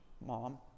Mom